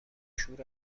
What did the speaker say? شور